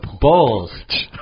balls